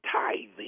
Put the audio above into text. tithing